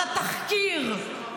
על התחקיר,